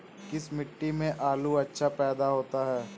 किस मिट्टी में आलू अच्छा पैदा होता है?